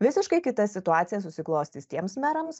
visiškai kita situacija susiklostys tiems merams